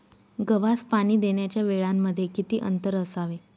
गव्हास पाणी देण्याच्या वेळांमध्ये किती अंतर असावे?